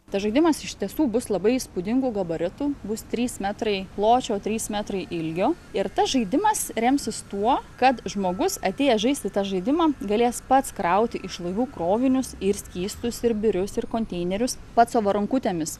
tas žaidimas iš tiesų bus labai įspūdingų gabaritų bus trys metrai pločio trys metrai ilgio ir tas žaidimas remsis tuo kad žmogus atėjęs žaisti tą žaidimą galės pats krauti iš laivų krovinius ir skystus ir birius ir konteinerius pats savo rankutėmis